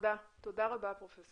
תודה רבה, פרופ'